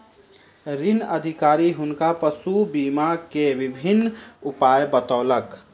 ऋण अधिकारी हुनका पशु बीमा के विभिन्न उपाय बतौलक